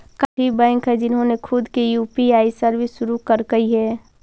काफी बैंक हैं जिन्होंने खुद की यू.पी.आई सर्विस शुरू करकई हे